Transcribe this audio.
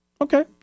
Okay